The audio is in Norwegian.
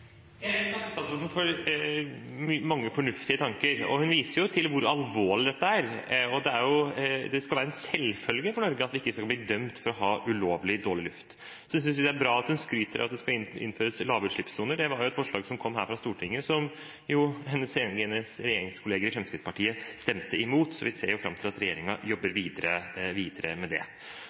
Jeg vil takke statsråden for mange fornuftige tanker, og hun viser jo til hvor alvorlig dette er. Det skal være en selvfølge for Norge at vi ikke skal bli dømt for å ha ulovlig dårlig luft. Så synes jeg det er bra at hun skryter av at det skal innføres lavutslippssoner. Det var et forslag som kom fra Stortinget som hennes egne regjeringskolleger i Fremskrittspartiet stemte imot, så vi ser fram til at regjeringen jobber videre med det.